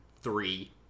three